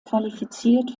qualifiziert